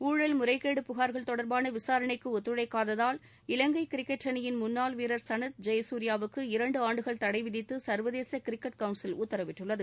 ஊழல் முறைகேடு புகார்கள் தொடர்பான விசாரணைக்கு ஒத்துழைக்காததால் இலங்கை கிரிக்கெட் அணியின் முன்னாள் வீரர் சனத் ஜெயசூரியாவுக்கு இரண்டு ஆண்டுகள் தடை விதித்து சர்வதேச கிரிக்கெட் கவுன்சில் உத்தரவிட்டுள்ளது